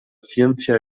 ciencia